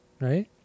right